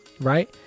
right